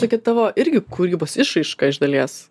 tokia tavo irgi kūrybos išraiška iš dalies